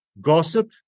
gossip